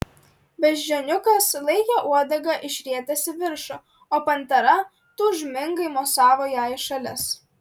beždžioniukas laikė uodegą išrietęs į viršų o pantera tūžmingai mosavo ja į šalis